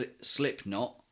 Slipknot